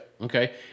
okay